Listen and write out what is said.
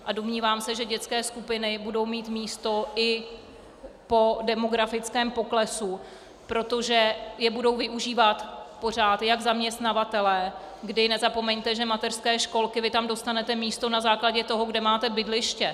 A domnívám se, že dětské skupiny budou mít místo i po demografickém poklesu, protože je budou využívat pořád jak zaměstnavatelé, kdy nezapomeňte, že do mateřských školek dostanete místo na základě toho, kde máte bydliště.